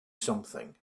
something